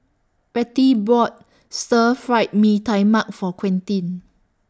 Rettie bought Stir Fry Mee Tai Mak For Quentin